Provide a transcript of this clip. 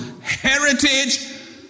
heritage